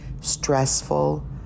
stressful